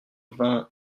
vingt